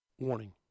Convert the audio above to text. Warning